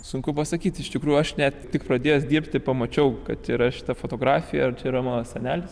sunku pasakyti iš tikrųjų aš net tik pradėjęs dirbti pamačiau kad yra šita fotografija čia yra mano senelis